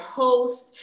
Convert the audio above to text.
host